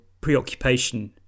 preoccupation